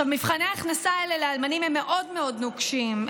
מבחני ההכנסה האלה לאלמנים הם מאוד מאוד נוקשים,